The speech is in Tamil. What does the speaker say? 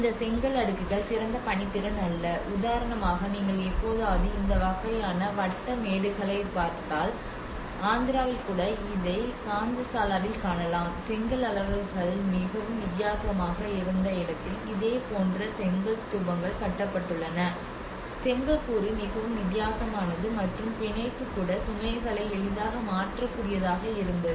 இந்த செங்கல் அடுக்குகள் சிறந்த பணித்திறன் அல்ல உதாரணமாக நீங்கள் எப்போதாவது இந்த வகையான வட்ட மேடுகளைப் பார்த்தால் ஆந்திராவில் கூட இதை காந்தசாலாவில் காணலாம் செங்கல் அளவுகள் மிகவும் வித்தியாசமாக இருந்த இடத்தில் இதேபோன்ற செங்கல் ஸ்தூபங்கள் கட்டப்பட்டுள்ளன செங்கல் கூறு மிகவும் வித்தியாசமானது மற்றும் பிணைப்பு கூட சுமைகளை எளிதாக மாற்றக்கூடியதாக இருந்தது